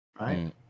Right